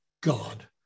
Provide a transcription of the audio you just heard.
God